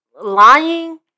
lying